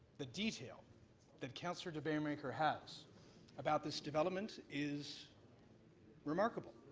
the detail that counselor de baeremaeker has about this development is remarkable,